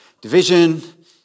division